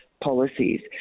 policies